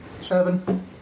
Seven